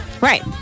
Right